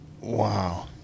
Wow